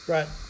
Right